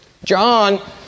John